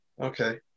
okay